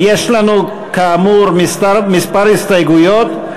יש לנו, כאמור, כמה הסתייגויות.